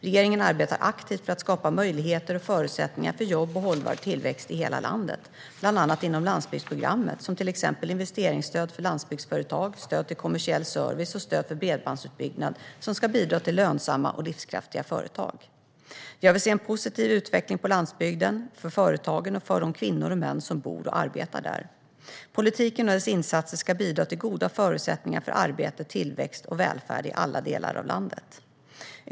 Regeringen arbetar aktivt för att skapa möjligheter och förutsättningar för jobb och hållbar tillväxt i hela landet, bland annat inom landsbygdsprogrammet, som genom till exempel investeringsstöd för landsbygdsföretag, stöd till kommersiell service och stöd för bredbandsutbyggnad ska bidra till lönsamma och livskraftiga företag. Jag vill se en positiv utveckling på landsbygden, för företagen och för de kvinnor och män som bor och arbetar där. Politiken och dess insatser ska bidra till goda förutsättningar för arbete, tillväxt och välfärd i alla delar av landet.